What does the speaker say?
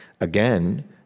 again